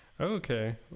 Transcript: Okay